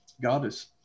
Goddess